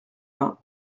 vingt